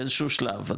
באיזשהו שלב,